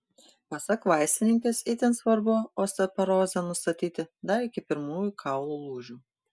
pasak vaistininkės itin svarbu osteoporozę nustatyti dar iki pirmųjų kaulų lūžių